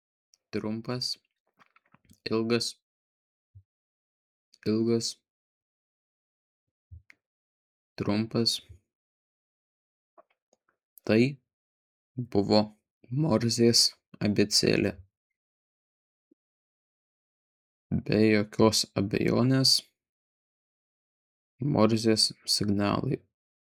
trumpas ilgas ilgas trumpas tai buvo morzės abėcėlė be jokios abejonės morzės signalai